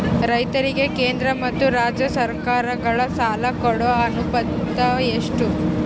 ರೈತರಿಗೆ ಕೇಂದ್ರ ಮತ್ತು ರಾಜ್ಯ ಸರಕಾರಗಳ ಸಾಲ ಕೊಡೋ ಅನುಪಾತ ಎಷ್ಟು?